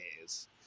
days